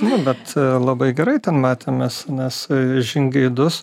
nu bet labai gerai ten matėmės nes žingeidus